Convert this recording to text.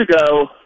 ago